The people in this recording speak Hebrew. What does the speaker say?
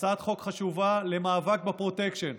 הצעת חוק חשובה למאבק בפרוטקשן.